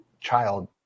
child